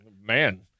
man